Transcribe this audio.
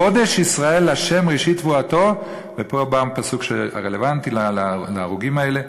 קדש ישראל לה' ראשית תבואתה" ופה בא הפסוק הרלוונטי להרוגים האלה,